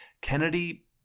Kennedy